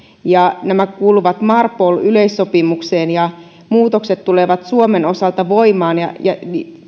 nämä kuuluvat marpol yleissopimukseen ja muutokset tulevat suomen osalta voimaan ja ja